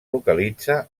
localitza